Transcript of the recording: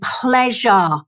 pleasure